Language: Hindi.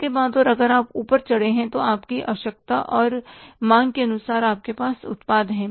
उसके बाद और अगर आप और ऊपर चढ़े हैं तो आपकी आवश्यकता और मांग के अनुसार आपके पास उत्पाद है